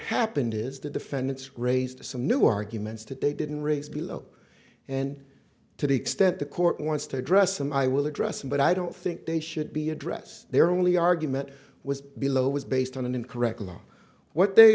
happened is the defendants raised some new arguments today didn't raise below and to the extent the court wants to address them i will address them but i don't think they should be addressed they're only argument was below was based on an incorrect law what they